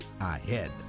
ahead